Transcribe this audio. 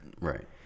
Right